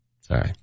Sorry